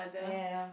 ya